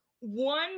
one